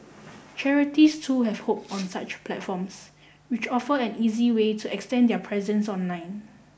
charities too have hopped on such platforms which offer an easy way to extend their presence online